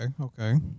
okay